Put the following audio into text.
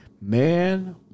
Man